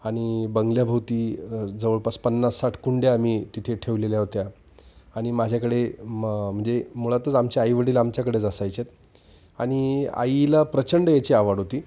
आणि बंगल्याभोवती जवळपास पन्नास साठ कुंड्या आम्ही तिथे ठेवलेल्या होत्या आणि माझ्याकडे मग म्हणजे मुळातच आमच्या आईवडील आमच्याकडेच असायचे आणि आईला प्रचंड याची आवड होती